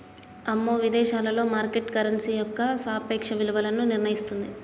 అమ్మో విదేశాలలో market currency యొక్క సాపేక్ష విలువను నిర్ణయిస్తుంది